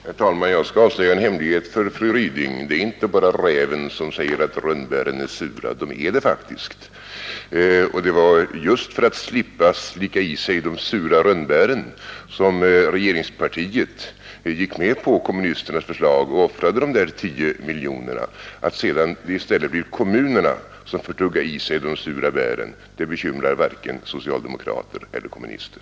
Herr talman! Jag skall avslöja en hemlighet för fru Ryding: Det är inte bara räven som säger att rönnbären är sura. De är det faktiskt. Det var just för att slippa slicka i sig de sura rönnbären som regeringspartiet gick med på kommunisternas förslag och offrade de 10 miljoner kronorna. Att det sedan i stället blir kommunerna som får tugga i sig de sura bären bekymrar varken socialdemokrater eller kommunister.